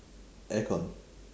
aircon